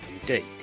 indeed